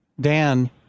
Dan